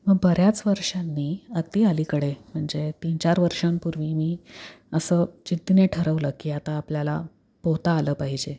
मग बऱ्याच वर्षांनी अगदी अलीकडे म्हणजे तीन चार वर्षांपूर्वी मी असं जिद्दीने ठरवलं की आता आपल्याला पोहता आलं पाहिजे